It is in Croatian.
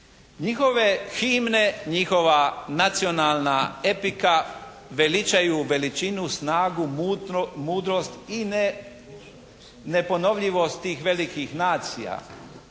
Njihove himne, njihova nacionalna epika veličaju veličinu snagu, mudrost i neponovljivost tih velikih nacija.